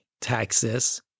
taxes